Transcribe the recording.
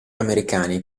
americani